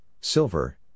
silver